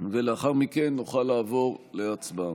ולאחר מכן נוכל לעבור להצבעה.